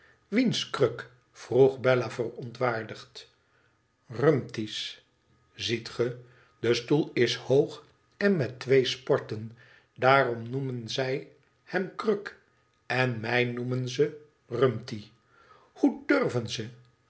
wiens kruk vroeg bella verontwaardigd irumty's ziet ge de stoel is hoog en met twee sporten daarom noemen zij hem kruk en mij noemen zij rumty hoe durven ze